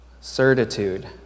certitude